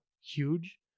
huge